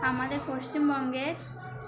আমাদের পশ্চিমবঙ্গের